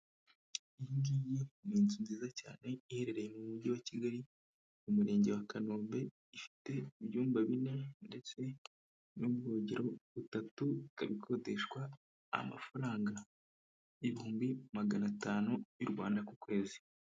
Iyi ngiyi ni inzu nziza cyane iherereye mu mujyi wa Kigali mu Murenge wa Kanombe ifite ibyumba bine ndetse n'ubwogero butatu, ikaba ikodeshwa amafaranga ibihumbi magana atanu y'u Rwanda ku kwezi.